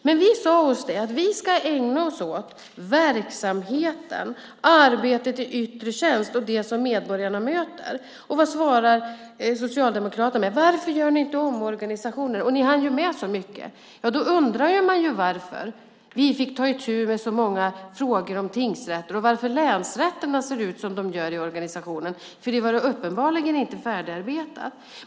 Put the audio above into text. Men vi sade att vi ska ägna oss åt verksamheten, arbetet i yttre tjänst och det som medborgarna möter. Då säger Socialdemokraterna: Varför gör ni inte omorganisationer? Ni hann ju med så mycket. Då undrar jag varför vi fick ta itu med så många frågor om tingsrätter och varför länsrätterna ser ut som de gör i organisationen. Det var uppenbarligen inte färdigarbetat.